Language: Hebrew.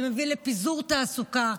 זה מביא לפיזור תעסוקה,